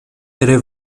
tre